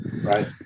right